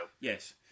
Yes